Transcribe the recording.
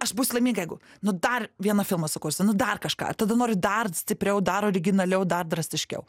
aš būsiu laiminga jeigu nu dar vieną filmą sukursiu nu dar kažką ir tada noriu dar stipriau dar originaliau dar drastiškiau